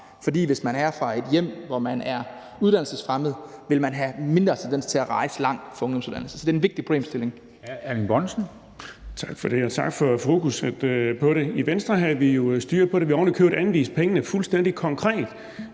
fra. Hvis man er fra et hjem, hvor man er uddannelsesfremmed, vil man have mindre tendens til at rejse langt for ungdomsuddannelsen. Så det er en vigtig problemstilling.